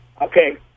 Okay